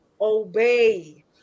Obey